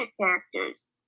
characters